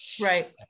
right